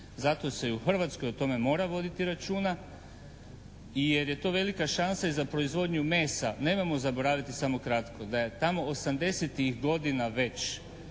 Zato se i u Hrvatskoj mora voditi o tome računa jer je to velika šansa i za proizvodnju mesa. Nemojmo zaboraviti samo kratko da je tamo '80.-tih godina već